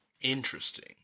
interesting